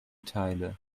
teile